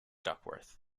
duckworth